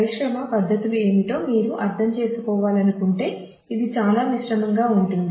పరిశ్రమ పద్ధతులు ఏమిటో మీరు అర్థం చేసుకోవాలనుకుంటే అది చాలా మిశ్రమంగా ఉంటుంది